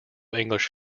english